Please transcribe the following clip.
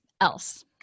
else